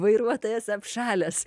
vairuotojas apšalęs